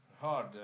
hard